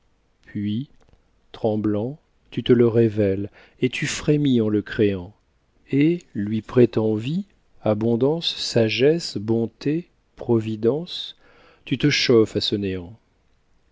puis tremblant tu te le révèles et tu frémis en le créant et lui prêtant vie abondance sagesse bonté providence tu te chauffes à ce néant